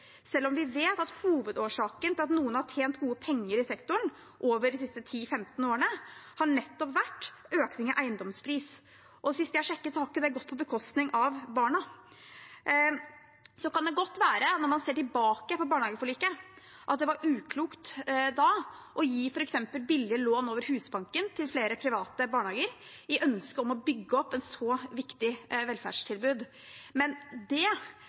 selv om vi vet at hovedårsaken til at noen har tjent gode penger i sektoren over de siste 10–15 årene, har vært økning av eiendomspriser. Sist jeg sjekket, har ikke det gått på bekostning av barna. Så kan det godt være, når man ser tilbake på barnehageforliket, at det var uklokt å gi f.eks. billige lån over Husbanken til flere barnehager i ønsket om å bygge opp et så viktig velferdstilbud. Men det